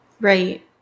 Right